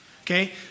okay